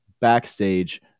backstage